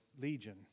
legion